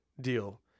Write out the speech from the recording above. deal